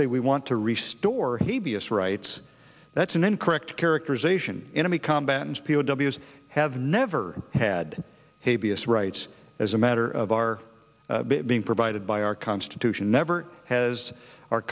say we want to restore he b s rights that's an incorrect characterization enemy combatants p o w s have never had a b s rights as a matter of our being provided by our constitution never has our